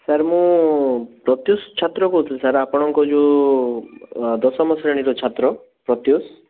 sir ମୁଁ ପ୍ରତ୍ୟୁଷ ଛତ୍ର କହୁଥିଲି sir ଆପଣଙ୍କ ଯେଉଁ ଦଶମ ଶ୍ରେଣୀର ଛାତ୍ର ପ୍ରତ୍ୟୁଷ